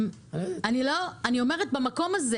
במקום הזה